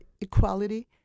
equality